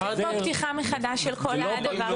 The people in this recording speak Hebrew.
עוד פעם פתיחה מחדש של כל הדבר הזה.